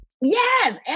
Yes